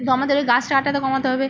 কিন্তু আমাদের ওই গাছ কাটাটা কমাতে হবে